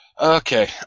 Okay